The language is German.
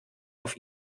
auf